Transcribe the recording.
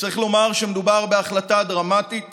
צריך לומר שמדובר בהחלטה דרמטית